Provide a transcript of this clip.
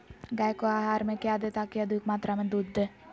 गाय को आहार में क्या दे ताकि अधिक मात्रा मे दूध दे?